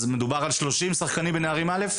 אז מדובר ב-30 שחקנים בנערים א?